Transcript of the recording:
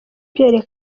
pierre